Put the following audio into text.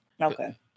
Okay